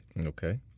Okay